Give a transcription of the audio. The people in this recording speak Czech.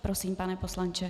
Prosím, pane poslanče.